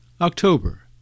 October